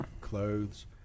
clothes